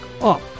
up